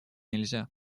нельзя